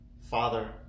father